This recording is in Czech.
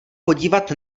podívat